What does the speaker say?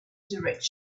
direction